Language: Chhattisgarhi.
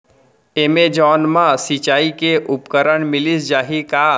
एमेजॉन मा सिंचाई के उपकरण मिलिस जाही का?